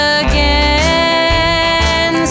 again